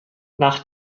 nach